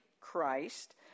Christ